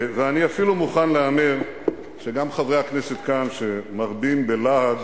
ואני אפילו מוכן להמר שגם חברי הכנסת כאן שמרבים בלהג